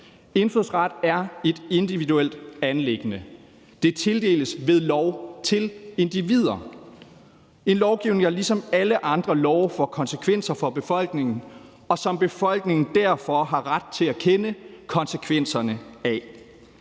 Indfødsret er et individuelt anliggende. Det tildeles ved lov til individer. Det er en lovgivning, der ligesom alle andre love får konsekvenser for befolkningen, og som befolkningen derfor har ret til at kende konsekvenserne af.